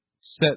set